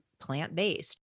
plant-based